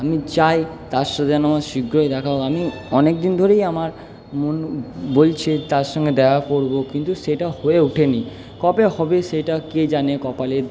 আমি চাই তার সাথে যেন আমার শীঘ্রই দেখা নয় আমি অনেক দিন ধরেই আমার মন বলছে তার সঙ্গে দেখা করবো কিন্তু সেটা হয়ে উঠে নি কবে হবে সেটা কে জানে কপালে